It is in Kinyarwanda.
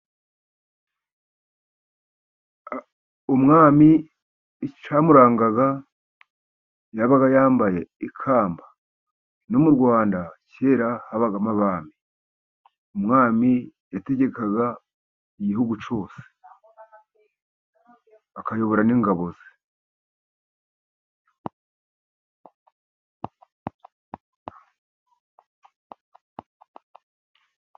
Umwami icyamurangaga yabaga yambaye ikamba. No mu Rwanda kera habagamo abami, umwami yategekaga igihugu cyose akayobora n'ingabo ze.